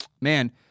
man